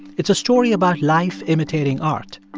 it's a story about life imitating art.